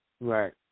Right